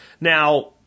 Now